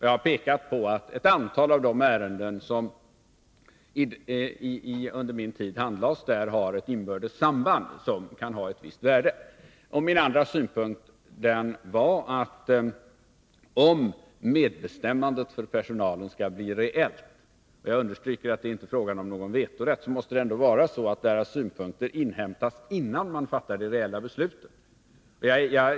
Jag har pekat på att ett antal av de ärenden som under min tid i handelsdepartementet handlades där har ett inbördes samband, som kan ha ett visst värde. Min andra synpunkt var, att om medbestämmandet för personalen skall bli reellt — jag understryker att det inte är fråga om någon vetorätt — måste det ändå vara så, att personalens synpunkter inhämtas, innan man fattar det reella beslutet.